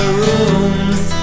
room's